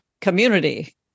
community